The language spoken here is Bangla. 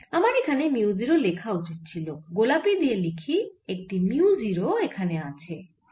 আমার এখানে মিউ 0 লেখা উচিত ছিল গোলাপি দিয়ে লিখি একটি মিউ 0 এখানেও আছে